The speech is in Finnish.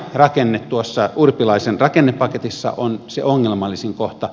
kuntarakenne tuossa urpilaisen rakennepaketissa on se ongelmallisin kohta